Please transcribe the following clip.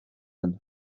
den